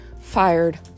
fired